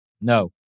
No